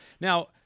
Now